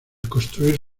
construir